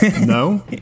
No